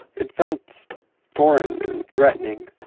it felt foreign and threatening.